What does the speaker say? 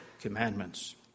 commandments